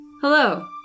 Hello